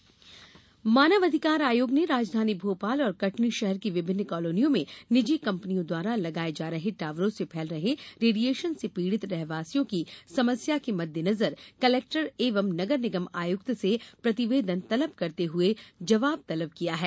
आयोग संज्ञान मानवाधिकार आयोग ने राजधानी भोपाल और कटनी शहर की विभिन्न कालोनियों में निजी कंपनियों द्वारा लगाये जा रहे टावरों से फैल रहे रेडिएशन से पीड़ित रहवासियों की समस्या के मद्देनजर कलेक्टर एवं नगर निगम आयुक्त से प्रतिवेदन तलब करते हुए जबाव तलब किया है